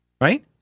Right